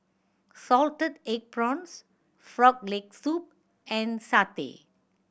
salted egg prawns Frog Leg Soup and satay